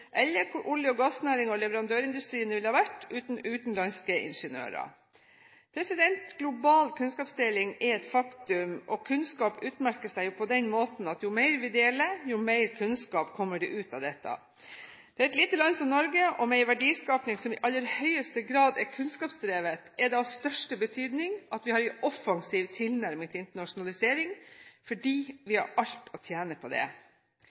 eller hvor olje- og gassnæringen og leverandørindustrien ville vært uten utenlandske ingeniører. Global kunnskapsdeling er et faktum, og kunnskap utmerker seg på den måten at jo mer vi deler, jo mer kunnskap kommer det ut av dette. For et lite land som Norge, og med en verdiskaping som i aller høyeste grad er kunnskapsdrevet, er det av største betydning at vi har en offensiv tilnærming til internasjonalisering – fordi vi har alt å tjene på det.